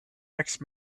next